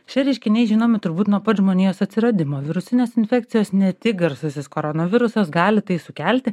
šie reiškiniai žinomi turbūt nuo pat žmonijos atsiradimo virusinės infekcijos ne tik garsusis koronavirusas gali tai sukelti